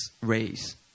rays